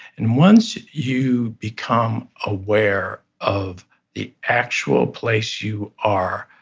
and once you become aware of the actual place you are,